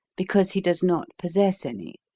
because he does not possess any.